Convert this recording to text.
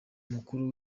mukuru